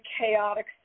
chaotic